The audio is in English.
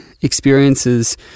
experiences